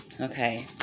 Okay